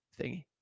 thingy